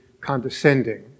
condescending